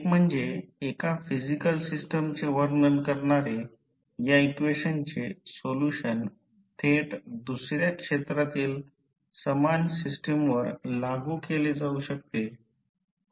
एक म्हणजे एका फिजिकल सिस्टमचे वर्णन करणारे या इक्वेशनचे सोल्युशन थेट दुसर्या क्षेत्राततील समान सिस्टमवर लागू केले जाऊ शकते